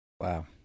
Wow